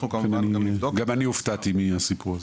גם אני הופתעתי מהסיפור הזה.